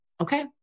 Okay